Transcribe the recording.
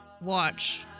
watch